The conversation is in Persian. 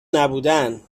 نبودن